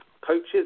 coaches